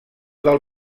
del